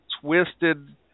twisted